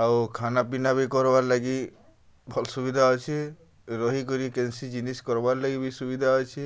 ଆଉ ଖାନା ପିନା ବି କର୍ବାର୍ ଲାଗି ଭଲ୍ ସୁବିଧା ଅଛେ ରହିକରି କେନ୍ସି ଜିନିଷ୍ କର୍ବାର୍ ଲାଗି ବି ସୁବିଧା ଅଛେ